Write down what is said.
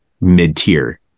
mid-tier